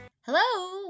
hello